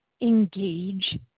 engage